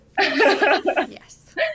Yes